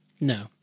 No